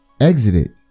exited